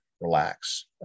relax